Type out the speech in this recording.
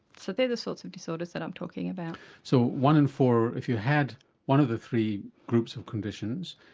so they're the sorts of disorders that i'm talking about. so one in four, if you had one of the three groups of conditions,